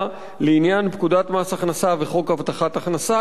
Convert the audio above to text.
לעניין פקודת מס הכנסה וחוק הבטחת הכנסה,